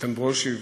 איתן ברושי ואני.